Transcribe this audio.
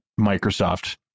Microsoft